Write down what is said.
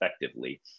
effectively